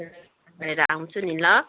call गरेर आउँछु नि ल